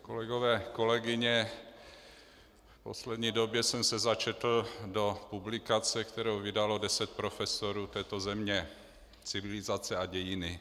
Kolegové, kolegyně, v poslední době jsem se začetl do publikace, kterou vydalo deset profesorů této země, Civilizace a dějiny.